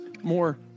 more